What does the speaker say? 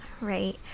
right